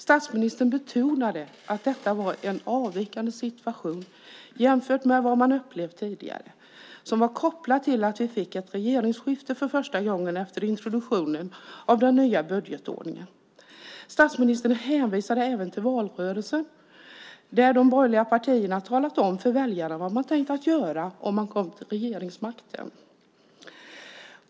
Statsministern betonade att detta var en avvikande situation jämfört med vad man har upplevt tidigare som var kopplad till att vi fick ett regeringsskifte för första gången sedan introduktionen av den nya budgetordningen. Statsministern hänvisade även till valrörelsen, där de borgerliga partierna talat om för väljarna vad man tänkt göra om man kom till regeringsmakten.